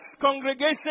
congregation